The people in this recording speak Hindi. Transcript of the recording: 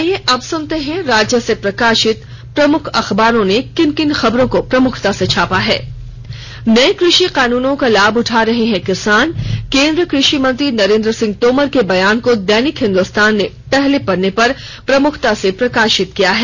आईये अब सुनते हैं राज्य से प्रकाशित प्रमुख अखबारों ने किन किन खबरों को प्रमुखता से छापा है नए कृषि कानूनों का लाभ उठा रहे हैं किसान केन्द्रीय कृषि मंत्री नरेन्द्र सिंह तोमर के बयान को दैनिक हिन्दुस्तान ने पहले पन्ने पर प्रमुखता से प्रकाशित किया है